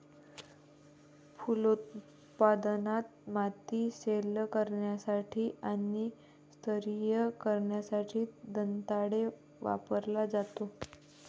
फलोत्पादनात, माती सैल करण्यासाठी आणि स्तरीय करण्यासाठी दंताळे वापरला जातो